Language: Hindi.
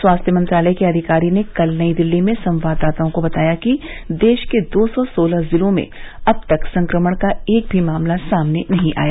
स्वास्थ्य मंत्रालय के अधिकारी ने कल नई दिल्ली में संवाददाताओं को बताया कि देश के दो सौ सोलह जिलों में अब तक संक्रमण का एक भी मामला सामने नहीं आया